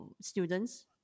students